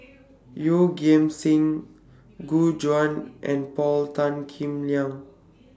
Yeoh Ghim Seng Gu Juan and Paul Tan Kim Liang